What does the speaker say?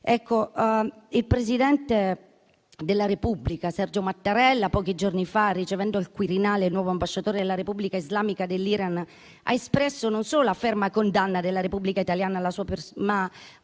Il presidente della Repubblica Sergio Mattarella, pochi giorni fa, ricevendo al Quirinale il nuovo ambasciatore della Repubblica islamica dell'Iran, ha espresso non solo la ferma condanna della Repubblica italiana, ma ha aggiunto